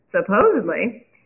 Supposedly